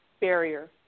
barrier